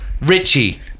Richie